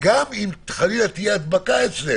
ישיבות או לא ישיבות,